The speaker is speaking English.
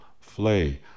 flay